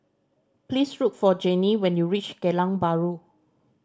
please look for Janie when you reach Geylang Bahru